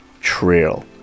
trail